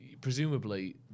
presumably